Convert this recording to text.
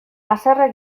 haserre